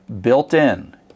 built-in